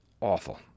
awful